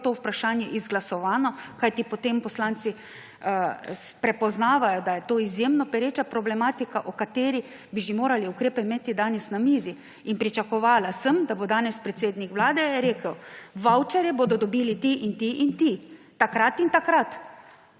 to vprašanje izglasovano, kajti potem poslanci prepoznavajo, da je to izjemno pereča problematika, o kateri bi že morali ukrepe imeti danes na mizi. Pričakovala sem, da bo danes predsednik Vlade rekel, vavčerje bodo dobili ti in ti in ti, takrat in takrat;